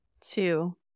two